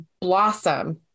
blossom